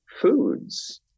foods